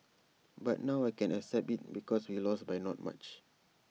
but now I can accept IT because we lost by not much